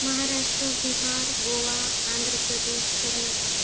Maharashtra Bihar Goa Andhra Pradesh Karnataka